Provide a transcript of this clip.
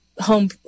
home